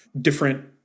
different